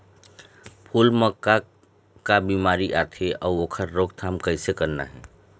फूल म का का बिमारी आथे अउ ओखर रोकथाम कइसे करना हे?